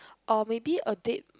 or maybe a date